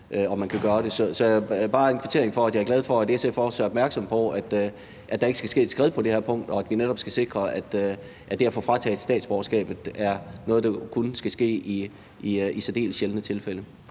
at jeg er glad for, at SF også er opmærksom på, at der ikke skal ske et skred på det her punkt, og at vi netop skal sikre, at det at få frataget statsborgerskabet er noget, der kun skal ske i særdeles sjældne tilfælde.